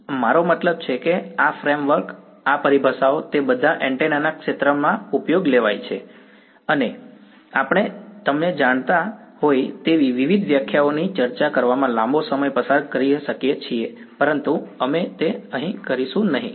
આ મારો મતલબ છે કે આ ફ્રેમવર્ક આ પરિભાષાઓ તે બધા એન્ટેના ના ક્ષેત્રમાં ઉપયોગમાં લેવાય છે અને અમે તમને જાણતા હોય તેવી વિવિધ વ્યાખ્યાઓની ચર્ચા કરવામાં લાંબો સમય પસાર કરી શકીએ છીએ પરંતુ અમે તે અહીં કરીશું નહીં